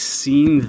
seen